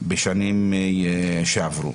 בשנים שעברו.